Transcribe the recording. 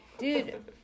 Dude